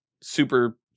super